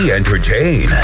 entertain